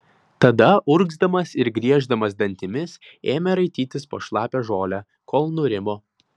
tada urgzdamas ir grieždamas dantimis ėmė raitytis po šlapią žolę kol nurimo